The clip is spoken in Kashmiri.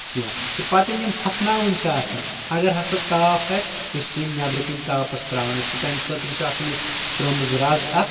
کیٚنہہ تہٕ پتہٕ ییٚلہِ یِم ہۄکھناوٕنۍ چھِ آسان اگر ہسا تاپھ آسہِ أسۍ چھِ یِم نؠبرٕ کٔنۍ تاپس ترٛاوان أسۍ چھِ تمہِ خٲطرٕ چھِ آسان أسۍ ترٲمٕژ رز اکھ